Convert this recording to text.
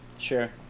Sure